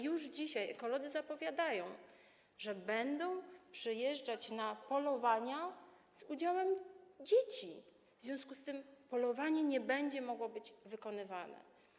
Już dzisiaj ekolodzy zapowiadają, że będą przyjeżdżać na polowania z udziałem dzieci, w związku z tym polowanie nie będzie mogło być wykonywane.